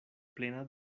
plena